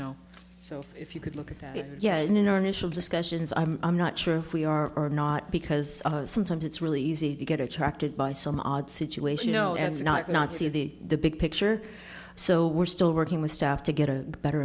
know so if you could look at that yeah and in our initial discussions i'm not sure if we are not because sometimes it's really easy to get attracted by some odd situation you know as not not see the the big picture so we're still working with staff to get a better